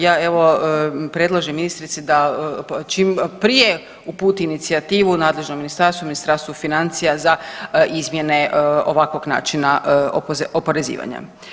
Ja evo predlažem ministrici da čim prije uputi inicijativu nadležnom ministarstvu, Ministarstvu financija za izmjene ovakvog načina oporezivanja.